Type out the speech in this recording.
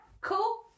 Cool